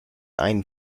ein